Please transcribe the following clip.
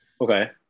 Okay